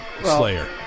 Slayer